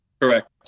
Correct